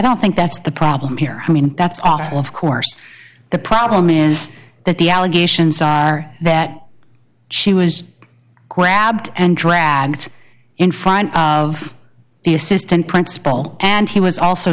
don't think that's the problem here i mean that's awful of course the problem is that the allegations are that she was grabbed and dragged in front of the assistant principal and he was also